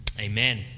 Amen